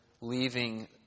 leaving